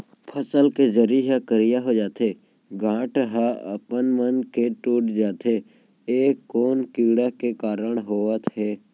फसल के जरी ह करिया हो जाथे, गांठ ह अपनमन के टूट जाथे ए कोन कीड़ा के कारण होवत हे?